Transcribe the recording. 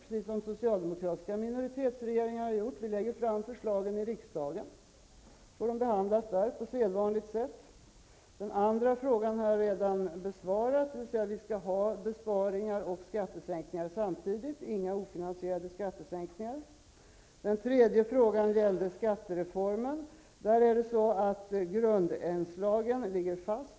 Precis som socialdemokratiska minoritetsregeringar har gjort kommer vi att lägga fram förslagen i riksdagen. Sedan får de behandlas där på sedvanligt sätt. Allan Larssons andra fråga har jag redan besvarat, dvs. att vi skall genomföra besparingar och skattesänkningar samtidigt -- inga ofinansierade skattesänkningar. Allan Larssons tredje fråga gällde skattereformen. Grundinslagen ligger fast.